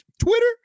Twitter